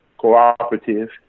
cooperative